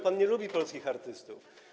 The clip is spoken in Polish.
Pan nie lubi polskich artystów.